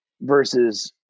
versus